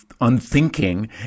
Unthinking